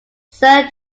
sir